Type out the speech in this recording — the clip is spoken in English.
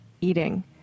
eating